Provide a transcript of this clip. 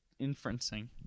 inferencing